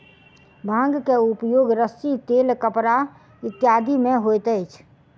भांग के उपयोग रस्सी तेल कपड़ा इत्यादि में होइत अछि